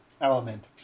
Element